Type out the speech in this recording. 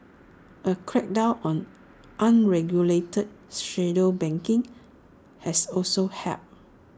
A crackdown on unregulated shadow banking has also helped